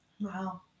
Wow